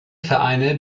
vereine